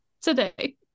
today